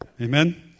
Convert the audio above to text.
Amen